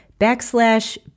backslash